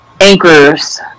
Anchors